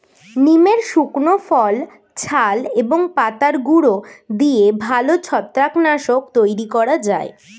নিমের শুকনো ফল, ছাল এবং পাতার গুঁড়ো দিয়ে ভালো ছত্রাক নাশক তৈরি করা যায়